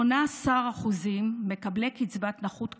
18% מקבלי קצבת נכות כללית,